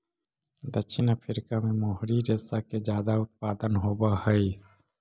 दक्षिण अफ्रीका में मोहरी रेशा के ज्यादा उत्पादन होवऽ हई